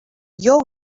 your